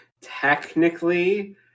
technically